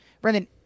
brendan